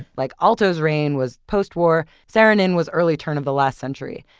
like aalto's reign was post-war, saarinen was early turn of the last century.